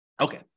okay